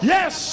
Yes